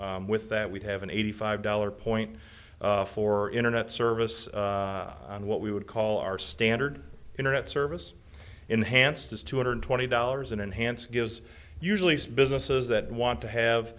so with that we have an eighty five dollars point for internet service and what we would call our standard internet service enhanced is two hundred twenty dollars an enhanced gives usually businesses that want to have